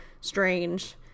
strange